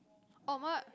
orh my